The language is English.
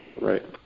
Right